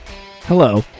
Hello